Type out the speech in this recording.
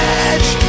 edge